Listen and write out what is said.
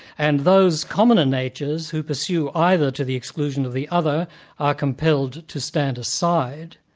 and those commoner natures who pursue either to the exclusion of the other are compelled to stand aside,